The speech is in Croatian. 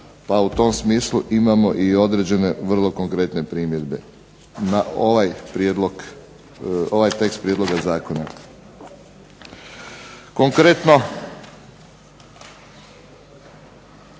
Pa u tom smislu imamo i određene vrlo konkretne primjedbe na ovaj tekst prijedloga zakona.